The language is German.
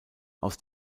aus